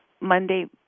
Monday